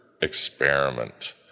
experiment